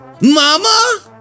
Mama